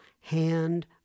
hand